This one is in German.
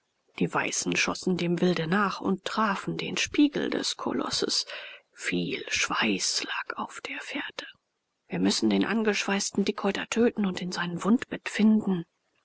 die weißen schossen dem wilde nach und trafen den spiegel des kolosses viel schweiß lag auf der fährte wir müssen den angeschweißten dickhäuter töten und in seinem wundbett finden